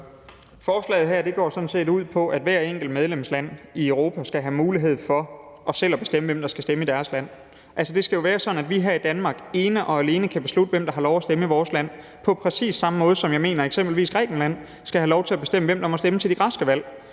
Forslaget her går sådan set ud på, at hvert enkelt medlemsland i Europa skal have mulighed for selv at bestemme, hvem der skal stemme i deres land. Altså, det skal jo være sådan, at vi her i Danmark ene og alene kan beslutte, hvem der har lov til at stemme i vores land, på præcis samme måde, som jeg mener at eksempelvis Grækenland skal have lov til at bestemme, hvem der må stemme til de græske valg.